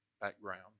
background